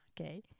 Okay